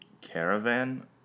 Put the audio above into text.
caravan